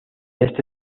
este